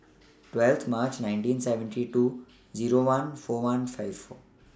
twelfth March nineteen seventy two Zero one four one five four